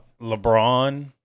LeBron